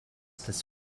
this